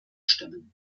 stimmen